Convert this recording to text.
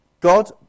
God